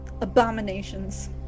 abominations